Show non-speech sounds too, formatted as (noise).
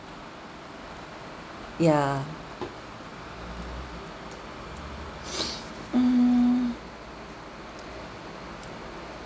yeah (breath) mm